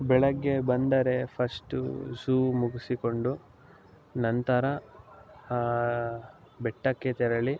ಬೆಳಗ್ಗೆ ಬಂದರೆ first show ಮುಗಿಸಿಕೊಂಡು ನಂತರ ಬೆಟ್ಟಕ್ಕೆ ತೆರಳಿ